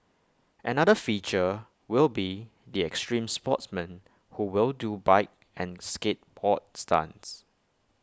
another feature will be the extreme sportsmen who will do bike and skateboard stunts